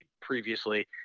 previously